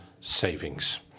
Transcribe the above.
savings